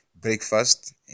breakfast